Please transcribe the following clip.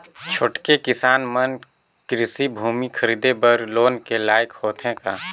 छोटके किसान मन कृषि भूमि खरीदे बर लोन के लायक होथे का?